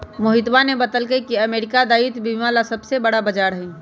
मोहितवा ने बतल कई की अमेरिका दायित्व बीमा ला सबसे बड़ा बाजार हई